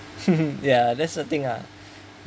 mmhmm ya that's the thing uh